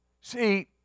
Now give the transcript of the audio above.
See